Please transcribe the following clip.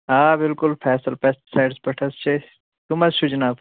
آ بِلکُل فیصل پیٚسٹ سایڈس پیٚٹھ حظ چھِ أسۍ کٔم حظ چھِو جناب